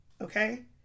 Okay